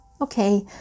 Okay